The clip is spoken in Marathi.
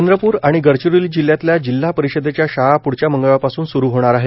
चंद्रपूर आणि गडचिरोली जिल्ह्यातल्या जिल्हा परिषदेच्या शाळा प्ढच्या मंगळवारपासून सुरू आहेत